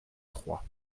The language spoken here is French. trois